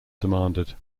demanded